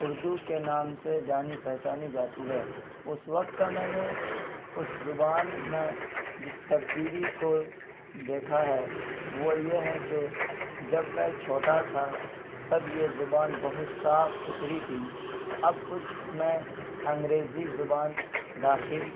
اردو کے نام سے جانی پہچانی جاتی ہے اس وقت میں نے اس زبان میں جس تبدیلی کو دیکھا ہے وہ یہ ہے کہ جب میں چھوٹا تھا تب یہ زبان بہت صاف ستھری تھی اب اس میں انگریزی زبان داخل